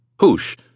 Hush